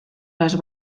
les